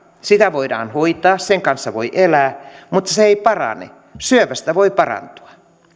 sitä voidaan hoitaa sen kanssa voi elää mutta se ei parane syövästä voi parantua